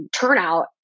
turnout